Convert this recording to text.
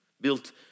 Built